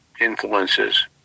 influences